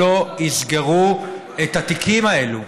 שלא יסגרו את התיקים האלה.